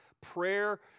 prayer